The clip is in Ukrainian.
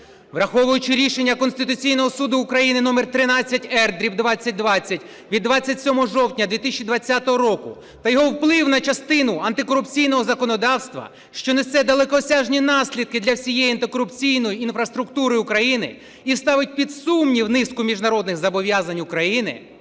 враховуючи рішення Конституційного Суду України №13-р/2020 від 27 жовтня 2020 року та його вплив на частину антикорупційного законодавства, що несе далекосяжні наслідки для всієї антикорупційної інфраструктури України і ставить під сумнів низку міжнародних зобов'язань України,